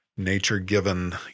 nature-given